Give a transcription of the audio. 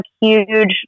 huge